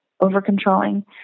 over-controlling